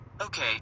Okay